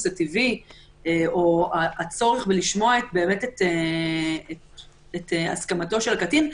הטבעי או הצורך לשמוע את הסכמתו של הקטין,